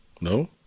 No